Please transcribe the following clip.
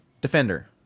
defender